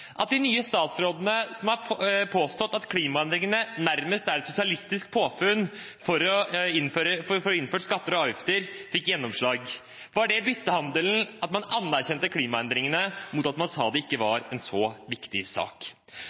her de nye statsrådene som har påstått at klimaendringene nærmest er et sosialistisk påfunn for å få innført skatter og avgifter, fikk gjennomslag? Var det byttehandelen at man anerkjente klimaendringene mot at man sa det ikke var en så viktig sak?